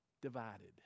divided